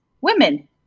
women